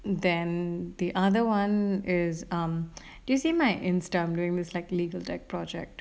then the other one is um do you see my instagram is like legal deck project